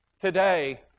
Today